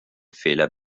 fehler